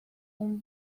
una